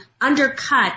undercut